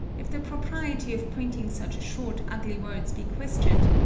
if the propriety of printing such short ugly words be questioned,